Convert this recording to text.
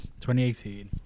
2018